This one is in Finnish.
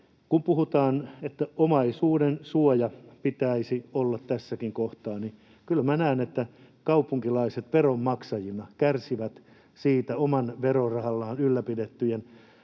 kun puhutaan, että omaisuuden suoja pitäisi olla tässäkin kohtaa, niin kyllä minä näen, että kaupunkilaiset veronmaksajina kärsivät siitä omalla verorahallaan ylläpidettyjen